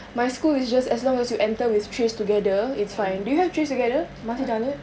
my school is just as long as you enter with TraceTogether it's fine do you have TraceTogether must you download